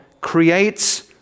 creates